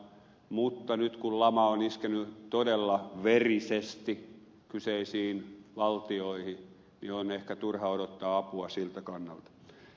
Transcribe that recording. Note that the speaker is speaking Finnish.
mutta nyt kun lama on iskenyt todella verisesti kyseisiin valtioihin niin on ehkä turha odottaa apua siltä kannalta